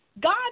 God